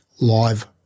live